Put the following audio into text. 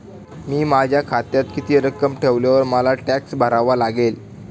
मी माझ्या खात्यात किती रक्कम ठेवल्यावर मला टॅक्स भरावा लागेल?